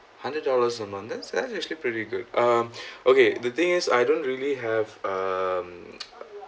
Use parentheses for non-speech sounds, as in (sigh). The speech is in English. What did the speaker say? hundred dollars a month that's that's actually pretty good um (breath) okay the thing is I don't really have um (noise)